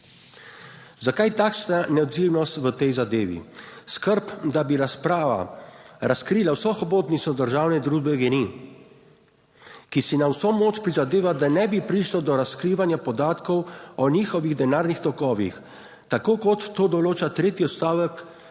Zakaj takšna neodzivnost v tej zadevi? Skrb, da bi razprava razkrila vso hobotnico državne družbe GEN-I, ki si na vso moč prizadeva, da ne bi prišlo do razkrivanja podatkov o njihovih denarnih tokovih, tako, kot to določa tretji odstavek